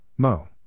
Mo